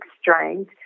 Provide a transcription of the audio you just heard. strains